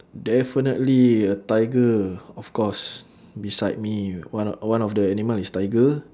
definitely a tiger of course beside me one of one of the animal is tiger